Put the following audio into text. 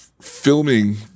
filming